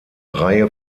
reihe